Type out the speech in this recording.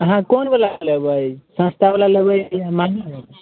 अहाँ कोनवला लेबै सस्तावला लेबै कि महगा लेबै